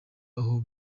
aho